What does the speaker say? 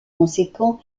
conséquent